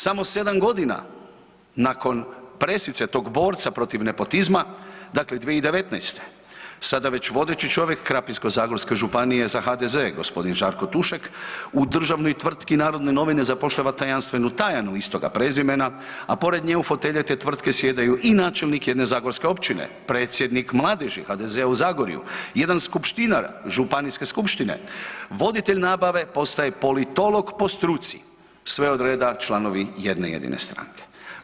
Samo 7 godina nakon presice tog borca protiv nepotizma, dakle, 2019. sada već vodeći čovjek Krapinsko-zagorske županije za HDZ, g. Žarko Tušek u državnoj tvrtki Narode novine zapošljava tajanstvenu Tajanu istoga prezimena, a pored nje u fotelje te tvrtke sjedaju i načelnik jedne zagorske općine, predsjednik Mladeži HDZ-a u Zagorju, jedan skupštinar županijske skupštine, voditelj nabave postaje politolog po struci, sve od reda članovi jedne jedine stranke.